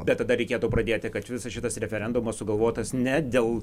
bet tada reikėtų pradėti kad visas šitas referendumas sugalvotas ne dėl